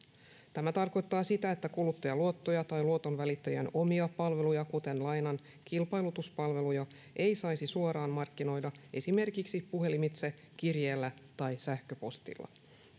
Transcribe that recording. tämä tarkoittaa sitä että kuluttajaluottoja tai luotonvälittäjän omia palveluja kuten lainan kilpailutuspalveluja ei saisi suoraan markkinoida esimerkiksi puhelimitse kirjeellä tai sähköpostilla